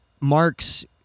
Mark's